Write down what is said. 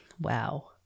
Wow